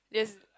there's